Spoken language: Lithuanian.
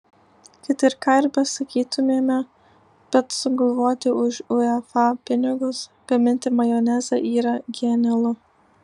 kad ir ką ir besakytumėme bet sugalvoti už uefa pinigus gaminti majonezą yra genialu